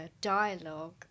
dialogue